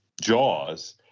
jaws